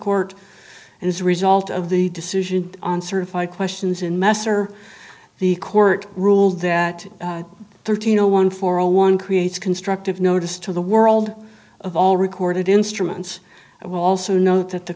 court and as a result of the decision on certified questions in messer the court ruled that thirteen zero one four zero one creates constructive notice to the world of all recorded instruments i will also note that the